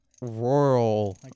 Rural